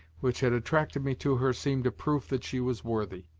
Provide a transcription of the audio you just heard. which had attracted me to her, seemed a proof that she was worthy.